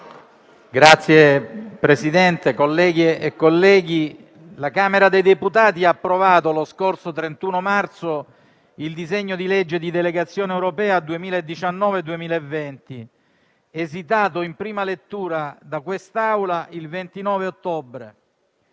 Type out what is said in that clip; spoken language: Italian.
Signor Presidente, colleghe e colleghi, la Camera dei deputati ha approvato lo scorso 31 marzo il disegno di legge di delegazione europea 2019-2020, esitato in prima lettura da quest'Assemblea il 29 ottobre.